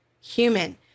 human